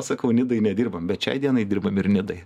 sakau nidoj nedirbam bet šiai dienai dirbam ir nidoj